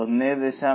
1